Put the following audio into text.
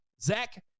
Zach